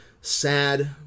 sad